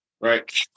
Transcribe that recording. right